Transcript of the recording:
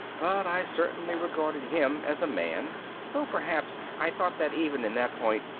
but i certainly regarded him as a man though perhaps i thought that, even in that point,